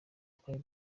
twari